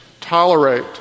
tolerate